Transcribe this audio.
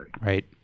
Right